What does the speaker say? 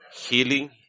Healing